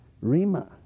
Rima